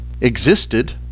existed